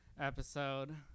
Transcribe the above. episode